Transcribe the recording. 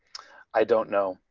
i don't know.